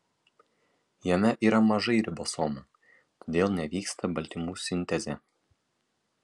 jame yra mažai ribosomų todėl nevyksta baltymų sintezė